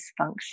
dysfunction